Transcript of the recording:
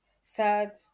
sad